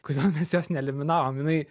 kodėl mes jos neeliminavom jinai